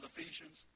Ephesians